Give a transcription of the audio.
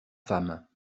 femmes